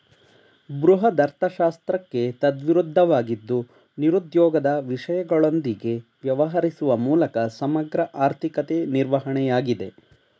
ಬೃಹದರ್ಥಶಾಸ್ತ್ರಕ್ಕೆ ತದ್ವಿರುದ್ಧವಾಗಿದ್ದು ನಿರುದ್ಯೋಗದ ವಿಷಯಗಳೊಂದಿಗೆ ವ್ಯವಹರಿಸುವ ಮೂಲಕ ಸಮಗ್ರ ಆರ್ಥಿಕತೆ ನಿರ್ವಹಣೆಯಾಗಿದೆ